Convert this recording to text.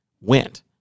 went